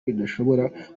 bidashobora